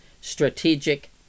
strategic